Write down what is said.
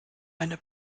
eine